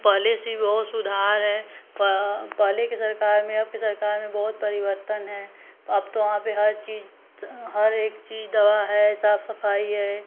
पहले से भी बहुत सुधार है प पहले के सरकार में अब के सरकार में बहुत परिवर्तन है अब तो वहाँ पर हर चीज हर एक चीज दवा है साफ सफाई है